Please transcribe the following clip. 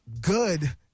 good